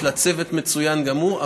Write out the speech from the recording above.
יש לה צוות מצוין גם הוא,